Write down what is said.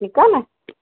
ठीक आहे न